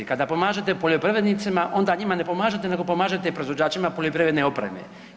Kada pomažete poljoprivrednicima, onda njima ne pomažete nego pomažete proizvođačima poljoprivredne opreme.